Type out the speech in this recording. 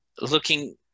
looking